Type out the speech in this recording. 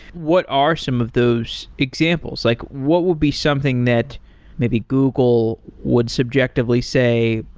what are some of those examples? like what would be something that maybe google would subjectively say,